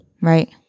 Right